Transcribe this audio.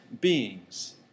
beings